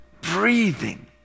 breathing